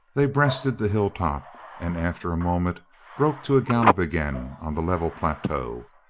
they breasted the hill top and after a moment broke to a gallop again on the level plateau.